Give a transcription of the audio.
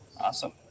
awesome